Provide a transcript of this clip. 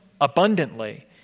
abundantly